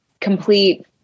complete